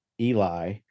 Eli